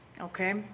okay